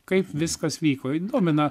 kaip viskas vyko įdomi na